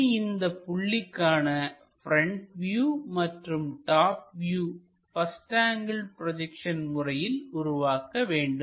இனி இந்த புள்ளிக்கான ப்ரெண்ட் வியூ மற்றும் top view first angle projection முறையில் உருவாக்க வேண்டும்